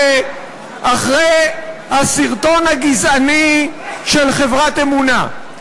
אחרי הסרטון הגזעני של חברת "באמונה",